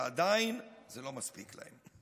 ועדיין זה לא מספיק להם.